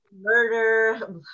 murder